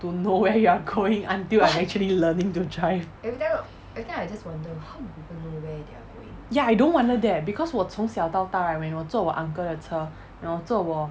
to know where you're going until I actually learning to drive ya I don't wonder that because 我从小到大 right when 我坐我 uncle 的车然后坐我